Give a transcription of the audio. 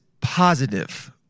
positive